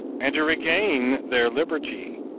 and to regain their liberty,